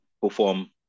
perform